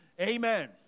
Amen